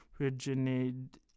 originated